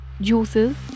juices